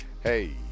Hey